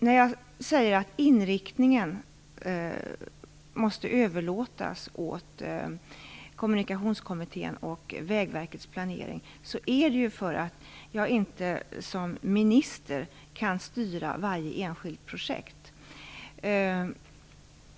När jag säger att inriktningen måste överlåtas till Kommunikationskommittén och Vägverkets planering är det för att jag som minister inte kan styra varje enskilt projekt.